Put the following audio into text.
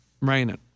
Raining